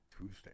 tuesday